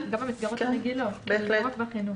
גם במסגרות הרגילות, לא רק בחינוך.